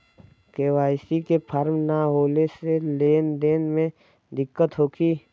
KYC के form न होले से लेन देन में दिक्कत होखी?